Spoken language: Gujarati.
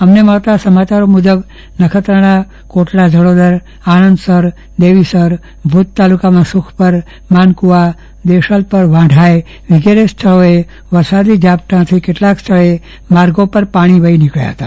અમને મળતા સમાચારો મુજબ નખત્રાણા કોટડા જડોદર આણંદસર દેવીસર ભુજ તાલુકાના સુખપર માનકુવા દેશલપર વાંઢાય વગેરે સ્થળોએ વરસાદી ઝાપટાથી માર્ગો પર પાણી વહી નીકબ્યા હતા